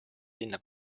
linna